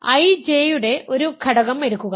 I J യുടെ ഒരു ഘടകം എടുക്കുക